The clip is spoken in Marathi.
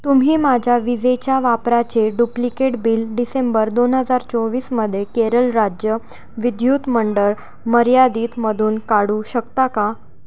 तुम्ही माझ्या विजेच्या वापराचे डुप्लिकेट बिल डिसेंबर दोन हजार चोवीसमध्ये केरळ राज्य विद्युत मंडळ मर्यादीतमधून काढू शकता का